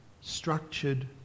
structured